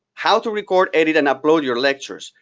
how to record, edit, and upload your lectures,